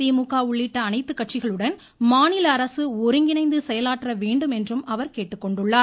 திமுக உள்ளிட்ட அனைத்துக் கட்சிகளுடன் மாநில அரசு ஒருங்கிணைந்து செயலாற்ற வேண்டும் என்றும் அவர் கேட்டுக்கொண்டுள்ளார்